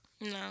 no